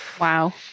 Wow